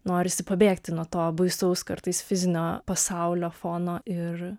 norisi pabėgti nuo to baisaus kartais fizinio pasaulio fono ir